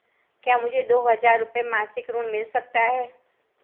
क्या मुझे दो हज़ार रुपये मासिक ऋण मिल सकता है?